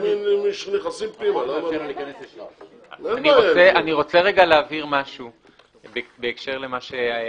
אני רוצה להבהיר משהו בהקשר למה שאמרת,